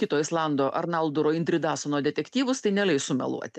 kito islando arnalduro indridasuno detektyvus tai neleis sumeluoti